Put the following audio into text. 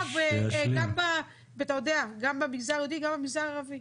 אגב, גם במגזר היהודי וגם במגזר הערבי.